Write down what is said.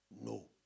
No